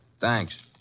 Thanks